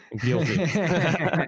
Guilty